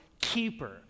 keeper